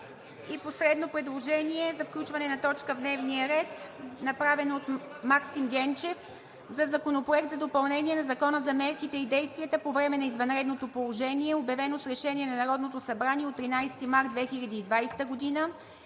И последното предложение за включване на точка в дневния ред, направено от Максим Генчев: Законопроект за допълнение на Закона за мерките и действията по време на извънредното положение, обявено с Решение на Народното събрание от 13 март 2020 г.,